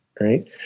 Right